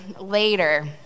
later